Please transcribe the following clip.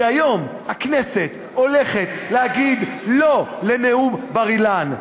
כי היום הכנסת הולכת להגיד "לא" לנאום בר-אילן.